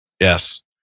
Yes